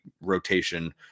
rotation